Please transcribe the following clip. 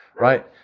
right